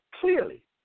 clearly